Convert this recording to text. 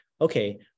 okay